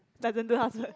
doesn't do housework